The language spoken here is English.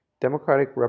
Democratic